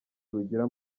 rugira